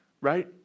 Right